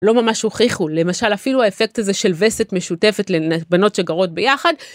לא ממש הוכיחו, למשל אפילו האפקט הזה של וסת משותפת לבנות שגרות ביחד